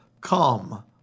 come